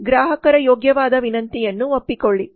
ಗ್ರಾಹಕರ ಯೋಗ್ಯವಾದ ವಿನಂತಿಯನ್ನು ಒಪ್ಪಿಕೊಳ್ಳಿ